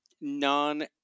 non